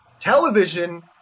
television